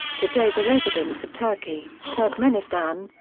today the residents of turkey, turkmenistan,